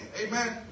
Amen